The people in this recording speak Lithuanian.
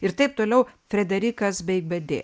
ir taip toliau frederikas beigbede